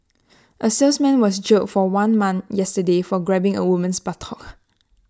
A salesman was jailed for one month yesterday for grabbing A woman's buttock